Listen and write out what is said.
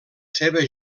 seva